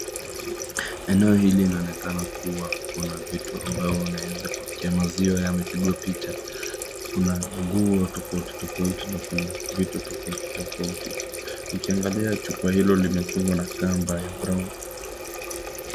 Eneo hili inaoneka kuwa kuna vitu ambayo unaeza kuekea maziwa imepigwa picha. Kuna nguo tofauti tofauti na kuna vitu tofauti tofauti. Ukiangalia chupa hulo limefungwa na kamabay a brown .